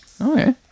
Okay